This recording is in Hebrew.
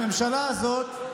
הממשלה הזאת,